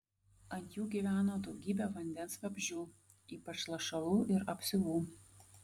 ant jų gyveno daugybė vandens vabzdžių ypač lašalų ir apsiuvų